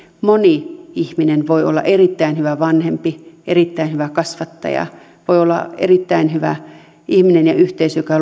moni ihminen voi olla erittäin hyvä vanhempi erittäin hyvä kasvattaja voi olla erittäin hyvä ihminen ja yhteisö joka